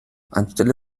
anstelle